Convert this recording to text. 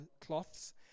cloths